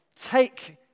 take